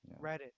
Reddit